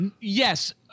Yes